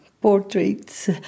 portraits